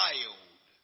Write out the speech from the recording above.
Wild